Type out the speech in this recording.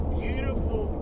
beautiful